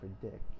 predict